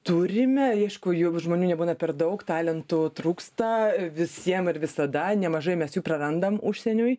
turime aišku jog žmonių nebūna per daug talentų trūksta visiem ir visada nemažai mes jų prarandam užsieniui